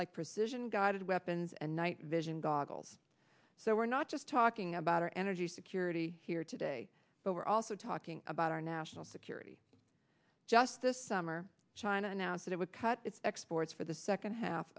like precision guided weapons and night vision goggles so we're not just talking about our energy security here today but we're also talking about our national security just this summer china announced it would cut its exports for the second half